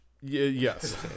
Yes